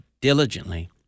diligently